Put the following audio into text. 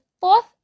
fourth